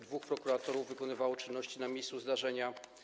Dwóch prokuratorów wykonywało czynności na miejscu zdarzenia.